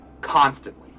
constantly